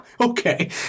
okay